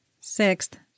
Sixth